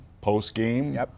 post-game